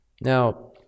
now